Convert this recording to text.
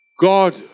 God